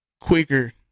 quicker